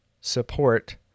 support